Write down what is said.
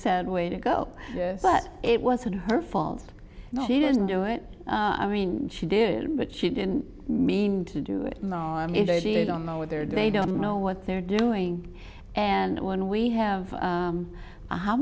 sad way to go but it wasn't her fault she didn't do it i mean she did but she didn't mean to do it you don't know whether they don't know what they're doing and when we have